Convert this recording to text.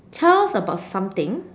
tell us about something